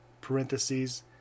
parentheses